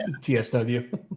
TSW